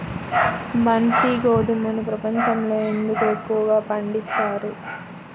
బన్సీ గోధుమను ప్రపంచంలో ఎందుకు ఎక్కువగా పండిస్తారు?